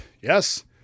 Yes